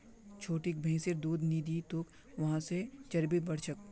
छोटिक भैंसिर दूध नी दी तोक वहा से चर्बी बढ़ छेक